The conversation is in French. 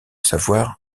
savoir